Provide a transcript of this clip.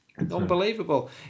Unbelievable